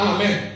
Amen